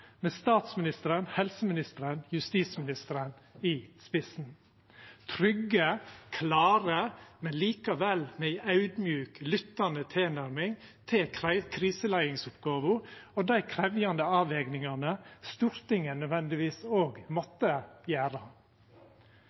med statsministeren, helseministeren og justisministeren i spissen – trygge og klare, men likevel med ei audmjuk, lyttande tilnærming til kriseleiingsoppgåva og dei krevjande avvegingane Stortinget nødvendigvis òg måtte gjera.